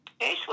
Hey